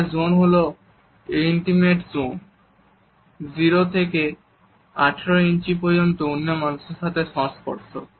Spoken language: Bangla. একটি জোন হল ইন্টিমেট জোন 0 থেকে 18 ইঞ্চি পর্যন্ত অন্য মানুষের সাথে সংস্পর্শ